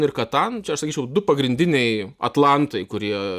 ir katan čia aš sakyčiau du pagrindiniai atlantai kurie